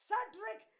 Cedric